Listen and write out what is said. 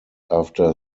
after